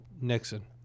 Nixon